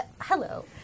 Hello